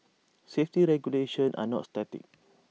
safety regulations are not static